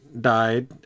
died